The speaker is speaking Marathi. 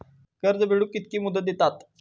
कर्ज फेडूक कित्की मुदत दितात?